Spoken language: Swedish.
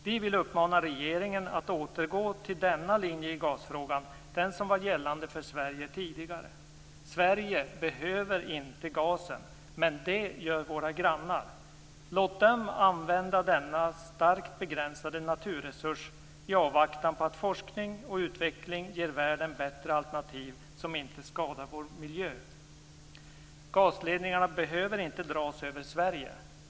Vi vill uppmana regeringen att återgå till denna linje i gasfrågan, den som var gällande för Sverige tidigare. Sverige behöver inte gasen, men det gör våra grannar. Låt dem använda denna starkt begränsade naturresurs i avvaktan på att forskning och utveckling ger världen bättre alternativ, som inte skadar vår miljö. Gasledningarna behöver inte dras över Sverige.